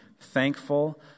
thankful